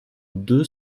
deux